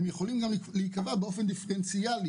הם יכולים להיקבע באופן דיפרנציאלי.